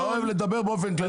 אני לא אוהב לדבר באופן כללי.